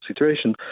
situation